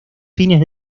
fines